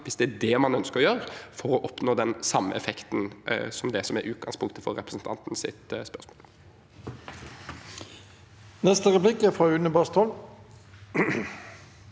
hvis det er det man ønsker å gjøre, for å oppnå den samme effekten som det som er utgangspunktet for representantens spørsmål.